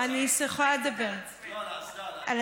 תספרי על האסדה קצת.